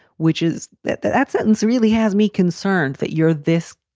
which is that that that sentence really has me concerned that you're this